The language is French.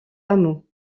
hameau